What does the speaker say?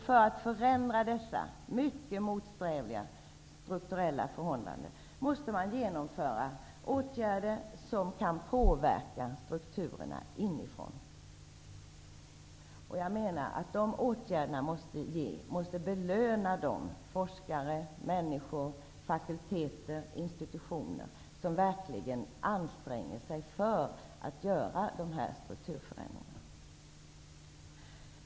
För att förändra dessa strukturella förhållanden måste man genomföra åtgärder som kan påverka strukturerna inifrån. Dessa åtgärder måste belöna de forskare, människor, fakulteter och institutioner som verkligen anstränger sig för att göra de här strukturförändringarna.